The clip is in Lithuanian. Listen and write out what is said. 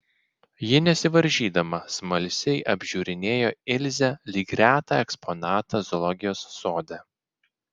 ji nesivaržydama smalsiai apžiūrinėjo ilzę lyg retą eksponatą zoologijos sode